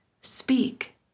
speak